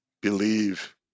Believe